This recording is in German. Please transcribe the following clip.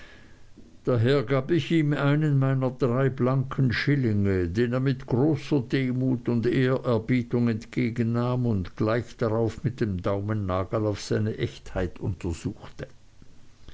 daher gab ich ihm einen meiner drei blanken schillinge den er mit großer demut und ehrerbietung entgegennahm und gleich darauf mit dem daumennagel auf seine echtheit untersuchte